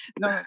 No